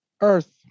Earth